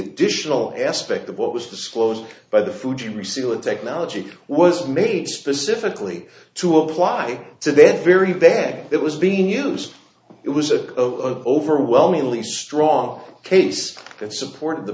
additional aspect of what was disclosed by the food you reseal in technology was made specifically to apply to death very bad it was being used it was a overwhelmingly strong case and supported the